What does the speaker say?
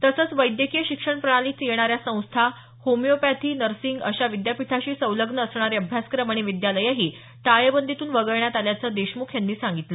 तसंच वैद्यकीय शिक्षण प्रणालीत येणाऱ्या संस्था होमिओपॅथी नर्सिंग अशा विद्यापीठाशी संलग्न असणारे अभ्यासक्रम आणि विद्यालयंही टाळेबंदीतून वगळण्यात आल्याचं देशमुख यांनी सांगितलं